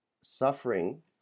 suffering